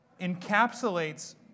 encapsulates